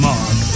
Mark